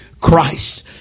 Christ